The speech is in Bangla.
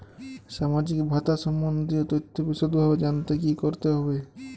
সামাজিক ভাতা সম্বন্ধীয় তথ্য বিষদভাবে জানতে কী করতে হবে?